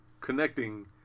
connecting